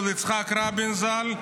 של יצחק רבין ז"ל,